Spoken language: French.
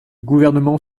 gouvernement